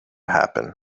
happen